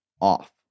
off